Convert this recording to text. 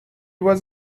was